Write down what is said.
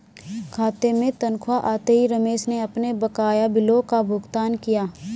खाते में तनख्वाह आते ही रमेश ने अपने बकाया बिलों का भुगतान किया